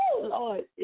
Lord